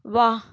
ವಾಹ್